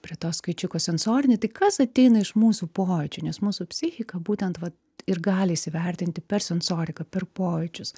prie to skaičiuko sensorinį tai kas ateina iš mūsų pojūčio nes mūsų psichika būtent va ir gali įsivertinti per sensoriką per pojūčius